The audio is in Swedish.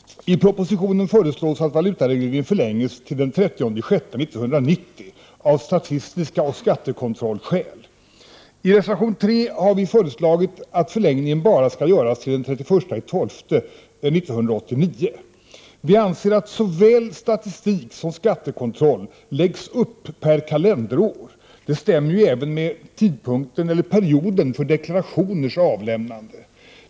I propositionen föreslås att valutaregleringen förlängs till den 30 juni 1990 av statistiska skäl och skattekontrollskäl. I reservation 3 har vi föreslagit att förlängningen bara skall gälla till den 31 december 1989. Vi anser att såväl statistik som skattekontroll läggs upp per kalenderår. Detta stämmer även med tidpunkten eller perioden för deklarationers avlämnande.